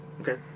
Okay